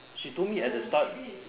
she told me at the start